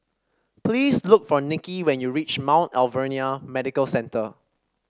please look for Niki when you reach Mount Alvernia Medical Centre